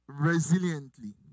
resiliently